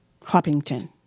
Hoppington